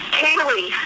kaylee